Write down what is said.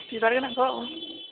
बिबार गोनांखौ